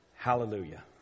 Hallelujah